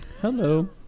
Hello